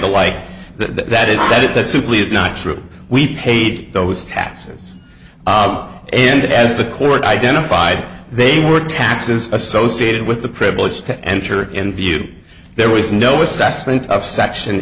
the like that that is that that simply is not true we paid those taxes and as the court identified they were taxes associated with the privilege to enter in view there was no assessment of section